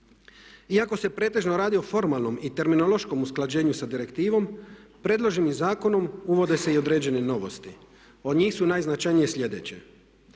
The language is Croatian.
Iako se pretežno radi o formalnom i terminološkom usklađenju sa direktivom predloženim zakonom uvode se i određene novosti. Od njih su najznačajnije sljedeće: